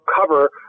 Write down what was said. cover